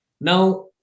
Now